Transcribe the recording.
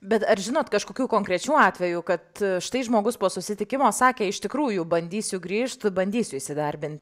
bet ar žinot kažkokių konkrečių atvejų kad štai žmogus po susitikimo sakė iš tikrųjų bandysiu grįžt bandysiu įsidarbin